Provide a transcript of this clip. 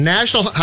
National